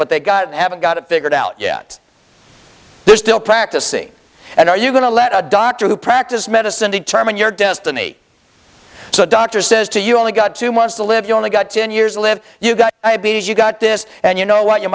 but they got haven't got it figured out yet they're still practicing and are you going to let a doctor who practiced medicine determine your destiny so a doctor says to you only got two months to live you only got ten years live you've got you've got this and you know what you